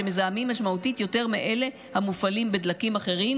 שמזהמים משמעותית יותר מאלה המופעלים בדלקים אחרים,